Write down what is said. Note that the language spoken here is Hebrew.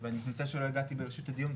ואני מתנצל שלא הגעתי בראשית הדיון,